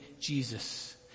Jesus